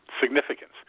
significance